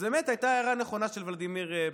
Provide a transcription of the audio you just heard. אז באמת הייתה הערה נכונה של ולדימיר בליאק,